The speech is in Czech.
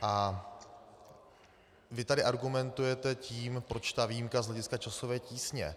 A vy tady argumentujete tím, proč ta výjimka z hlediska časové tísně.